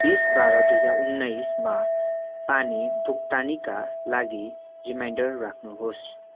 बिस बाह्र दुई हजार उन्नाइसमा पानी भुक्तानीका लागि रिमाइन्डर राख्नु होस्